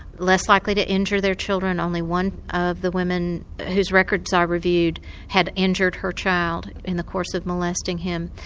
less likely to injure their children. only one of the women whose records i reviewed had injured her child in the course of molesting him.